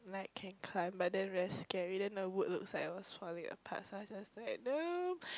like can climb but then very scary then the wood looks like it was falling apart so I just like nope